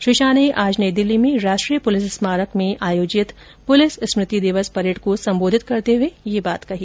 श्री शाह ने आज नई दिल्ली में राष्ट्रीय पुलिस स्मारक में आयोजित पुलिस स्मृति दिवस परेड को संबोधित करते हुए यह बात कही